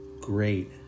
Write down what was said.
great